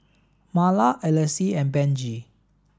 Marla Elyse and Benji